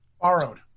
Borrowed